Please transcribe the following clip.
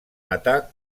matar